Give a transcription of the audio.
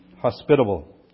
hospitable